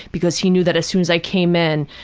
because he knew that as soon as i came in,